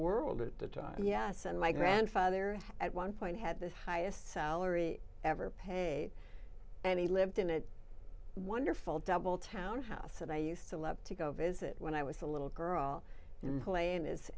world at the time yes and my grandfather at one point had the highest salary ever pay and he lived in a wonderful double townhouse and i used to love to go visit when i was a little girl in the plane is